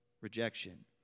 rejection